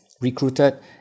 recruited